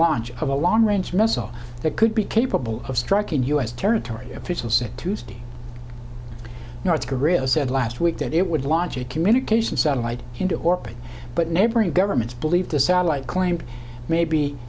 launch of a long range missile that could be capable of striking u s territory official said tuesday north korea said last week that it would launch a communication satellite into orbit but neighboring governments believe the satellite claims may be